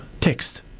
text